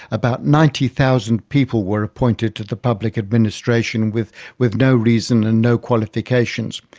about ninety thousand people were appointed to the public administration, with with no reason and no qualifications.